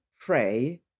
pray